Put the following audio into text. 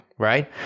right